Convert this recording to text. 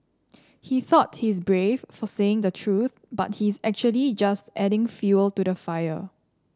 he thought he's brave for saying the truth but he's actually just adding fuel to the fire